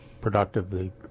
productively